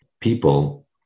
People